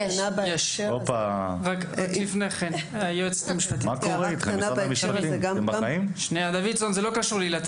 הערה קטנה בהקשר הזה.